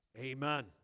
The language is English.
Amen